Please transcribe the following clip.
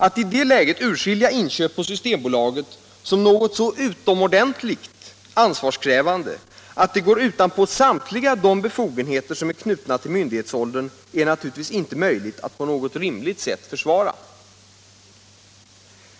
Att i det läget urskilja inköp på systembolaget som något så utomordentligt ansvarskrävande att det går utanpå samtliga de befogenheter som är knutna till myndighetsåldern är naturligtvis inte möjligt att på något rimligt sätt försvara.